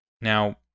Now